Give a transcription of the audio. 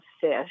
fish